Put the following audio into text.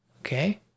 okay